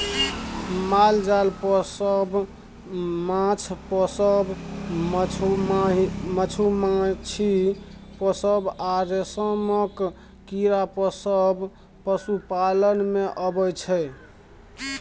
माल जाल पोसब, माछ पोसब, मधुमाछी पोसब आ रेशमक कीरा पोसब पशुपालन मे अबै छै